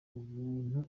ubuntu